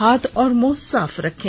हाथ और मुंह साफ रखें